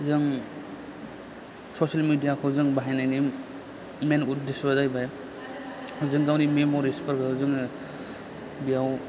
जों social media खौ जों बाहायनायनि मेइन उद्दिस' जाहैबाय जों गावनि मेम'रिसफोरखौ जोङो बेव